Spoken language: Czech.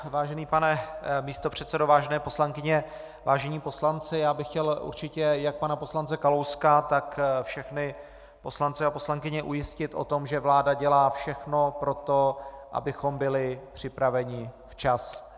Vážený pane místopředsedo, vážené poslankyně, vážení poslanci, já bych chtěl určitě jak pana poslance Kalouska, tak všechny poslance a poslankyně ujistit o tom, že vláda dělá všechno pro to, abychom byli připraveni včas.